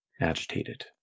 Agitated